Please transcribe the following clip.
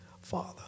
Father